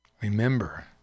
Remember